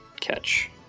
catch